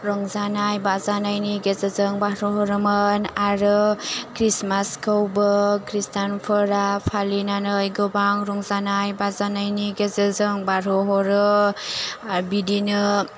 रंजानाय बाजानायनि गेजेरजों बारहो हरोमोन आरो ख्रिष्टमासखौबो ख्रिष्टानफोरा फालिनानै गोबां रंजानाय बाजानायनि गेजेरजों बारहो हरो आर बिदिनो